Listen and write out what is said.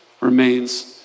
remains